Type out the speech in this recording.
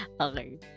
Okay